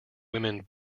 women